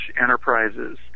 enterprises